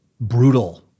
brutal